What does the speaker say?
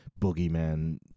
boogeyman